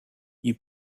you